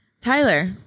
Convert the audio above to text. tyler